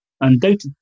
undoubted